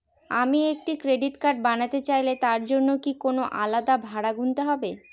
আমি একটি credit card বানাতে চাইলে তার জন্য কি কোনো আলাদা ভাড়া গুনতে হবে?